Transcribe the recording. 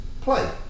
Play